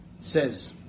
says